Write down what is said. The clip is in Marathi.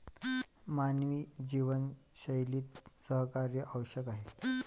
मानवी जीवनशैलीत सहकार्य आवश्यक आहे